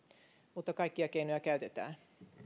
mutta kaikkia keinoja käytetään